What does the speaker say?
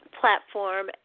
platform